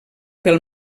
pel